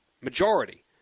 majority